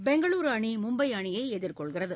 பெங்களுரு அணி மும்பை அணியை எதிர்கொள்கிறது